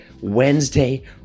Wednesday